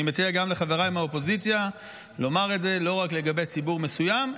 אני מציע גם לחבריי מהאופוזיציה לומר את זה לא רק לגבי ציבור מסוים,